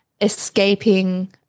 escaping